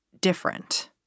different